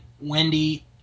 Wendy